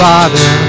Father